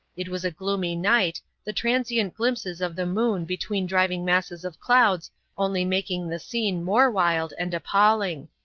it was a gloomy night, the transient glimpses of the moon between driving masses of clouds only making the scene more wild and appalling.